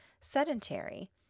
sedentary